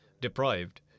deprived